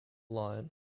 line